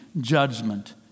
judgment